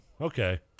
okay